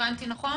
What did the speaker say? הבנתי נכון?